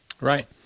Right